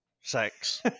sex